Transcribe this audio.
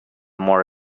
more